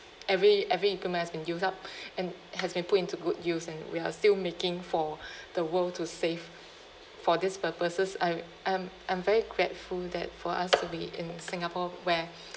every every equipment has been use up and has been put into good use and we are still making for the world to save for these purposes I I am I'm very grateful that for us to be in singapore where